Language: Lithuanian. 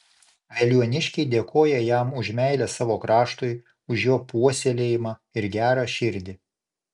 veliuoniškiai dėkoja jam už meilę savo kraštui už jo puoselėjimą ir gerą širdį